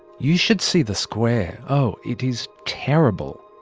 you should see the square, oh, it is terrible.